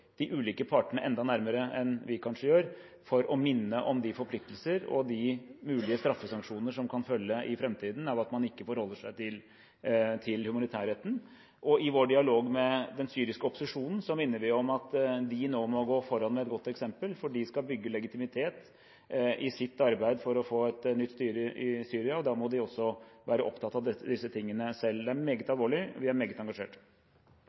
de ulike partene enda nærmere enn vi kanskje gjør, for å minne om de forpliktelser og de mulige straffesanksjoner som i framtiden kan følge av at man ikke forholder seg til humanitærretten. I vår dialog med den syriske opposisjonen minner vi om at de må gå foran med et godt eksempel. De skal bygge legitimitet i sitt arbeid for å få et nytt styre i Syria. Da må de også være opptatt av disse tingene selv. Det er meget alvorlig. Vi er meget engasjert.